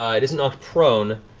ah it isn't knocked prone,